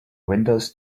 windows